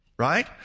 right